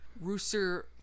Rooster